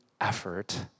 effort